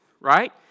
right